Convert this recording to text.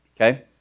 Okay